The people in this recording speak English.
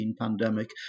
pandemic